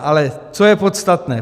Ale co je podstatné.